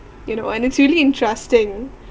you know and it's really interesting